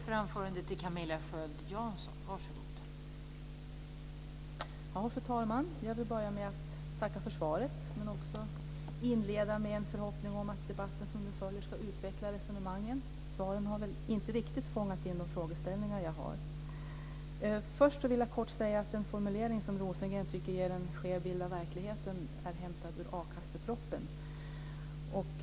Fru talman! Jag vill börja med att tacka för svaret. Jag ska också inleda med en förhoppning om att den debatt som nu följer ska utveckla resonemangen. Svaren har inte riktigt fångat in mina frågor. Jag vill kort säga att den formulering som Rosengren tycker ger en skev bild av verkligheten är hämtad ur akassepropositionen.